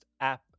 app